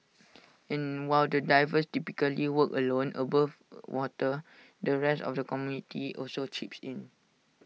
and while the divers typically work alone above water the rest of the community also chips in